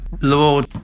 Lord